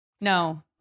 no